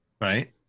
right